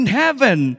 heaven